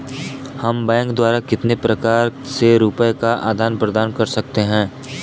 हम बैंक द्वारा कितने प्रकार से रुपये का आदान प्रदान कर सकते हैं?